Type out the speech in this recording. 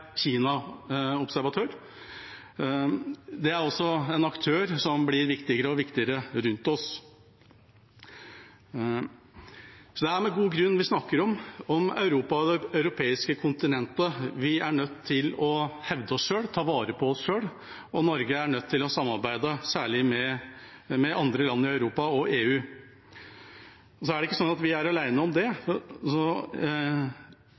med god grunn vi snakker om Europa og det europeiske kontinentet. Vi er nødt til å hevde oss selv og ta vare på oss selv, og Norge er nødt til å samarbeide, særlig med andre land i Europa og EU. Det er ikke sånn at vi er alene om det.